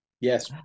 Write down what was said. Yes